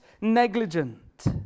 negligent